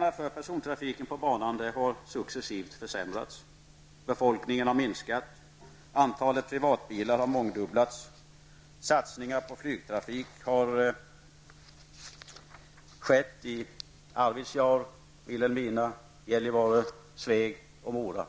per resenär. Satsningar på flygtrafik har skett i Arvidsjaur, Vilhelmina, Gällivare, Sveg och Mora.